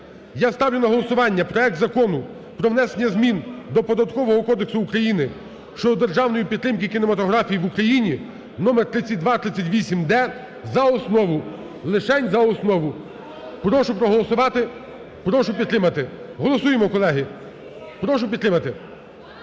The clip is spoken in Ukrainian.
Я ставлю на голосування проект Закону про внесення змін до Податкового кодексу України щодо державної підтримки кінематографії в України (№ 3238-д) за основу, лишень за основу. Прошу проголосувати, прошу підтримати. Голосуємо, колеги. Прошу підтримати.